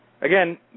Again